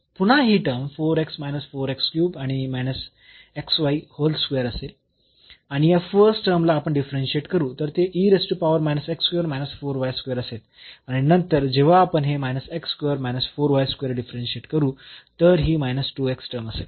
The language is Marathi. पुन्हा ही टर्म आणि असेल आणि या फर्स्ट टर्मला आपण डिफरन्शियेट करू तर ते असेल आणि नंतर जेव्हा आपण हे डिफरन्शियेट करू तर ही टर्म असेल